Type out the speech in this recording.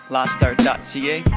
Lostart.ca